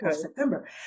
September